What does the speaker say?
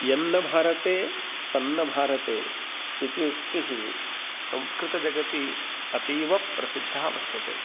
यन्न भारते तन्न भारते इति उक्तिः संस्कृतजगति अतीवप्रसिद्धा वर्तते